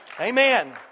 Amen